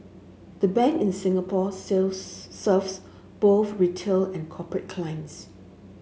the Bank in Singapore sells serves both retail and corporate clients